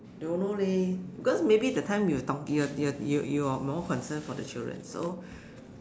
don't know leh because maybe that time you were talk you you you you were more concern for the children so